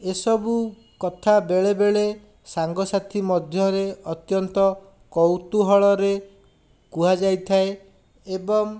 ଏସବୁ କଥା ବେଳେବେଳେ ସାଙ୍ଗସାଥି ମଧ୍ୟରେ ଅତ୍ୟନ୍ତ କୌତୁହଳରେ କୁହାଯାଇଥାଏ ଏବଂ